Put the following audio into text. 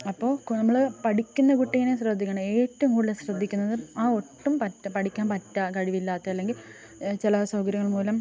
അപ്പോൾ നമ്മൾ പഠിക്കുന്ന കുട്ടീനെ ശ്രദ്ധിക്കണം ഏറ്റവും കൂടുതൽ ശ്രദ്ധിക്കുന്നത് ആ ഒട്ടും പറ്റ് പഠിക്കാൻ പറ്റാ കഴിവില്ല അല്ലെങ്കിൽ ചില അസൗകര്യങ്ങൾ മൂലം